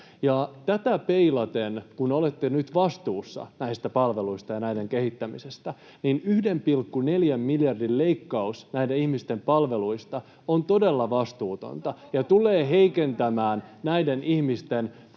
Tätä peilaten, kun olette nyt vastuussa näistä palveluista ja näiden kehittämisestä, 1,4 miljardin leikkaus näiden ihmisten palveluista on todella vastuutonta ja tulee heikentämään näiden ihmisten